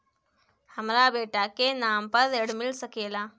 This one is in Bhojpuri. हमरा बेटा के नाम पर ऋण मिल सकेला?